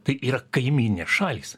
tai yra kaimyninės šalys